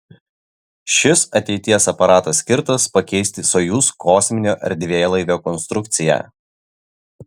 šis ateities aparatas skirtas pakeisti sojuz kosminio erdvėlaivio konstrukciją